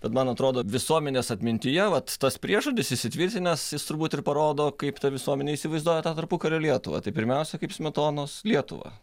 bet man atrodo visuomenės atmintyje vat tas priežodis įsitvirtinęs jis turbūt ir parodo kaip ta visuomenė įsivaizduoja tą tarpukario lietuvą tai pirmiausia kaip smetonos lietuvą